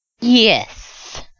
Yes